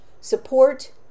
support